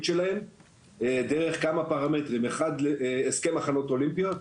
שלהם דרך כמה פרמטרים: 1. הסכם מחנות אולימפיות.